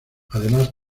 además